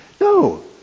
No